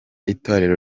itorero